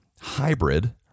hybrid